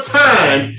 time